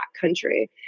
country